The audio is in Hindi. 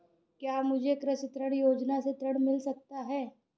क्या मुझे कृषि ऋण योजना से ऋण मिल सकता है?